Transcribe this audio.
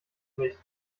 nicht